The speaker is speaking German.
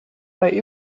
bei